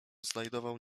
znajdował